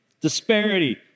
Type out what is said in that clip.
Disparity